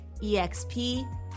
EXP